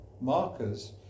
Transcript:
markers